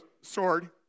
sword